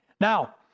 Now